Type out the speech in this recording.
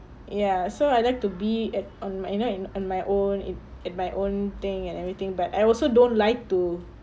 ya so I like to be at on my you know on my own it at my own thing and everything but I also don't like to